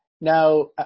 now